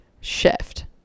shift